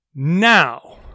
Now